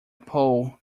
pole